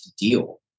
deal